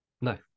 No